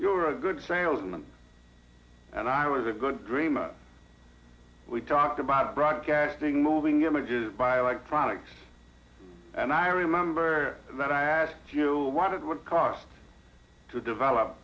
you're a good salesman and i was a good dream up we talked about broadcasting moving images by electronics and i remember that i asked you what it would cost to develop